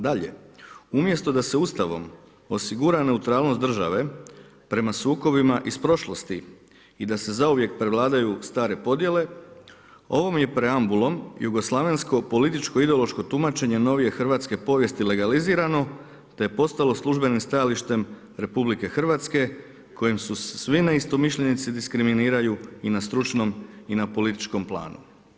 Dalje, „Umjesto da se Ustavom osigura neutralnost države prema sukobima iz prošlosti i da se zauvijek prevladaju stare podjele, ovom je preambulom jugoslavensko političko ideološko tumačenje novije hrvatske povijesti legalizirano te je postalo službenim stajalištem RH kojim su svi neistomišljenici diskriminiraju i na stručnom i na političkom planu“